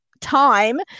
time